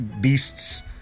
beasts